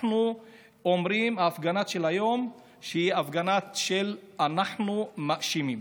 אנחנו אומרים שההפגנה של היום היא הפגנה של "אנחנו מאשימים".